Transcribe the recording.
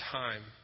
time